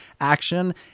action